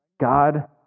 God